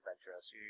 adventurous